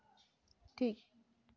ᱴᱷᱤᱠ